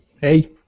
Hey